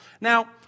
Now